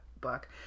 book